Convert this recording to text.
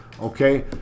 Okay